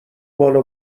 بالا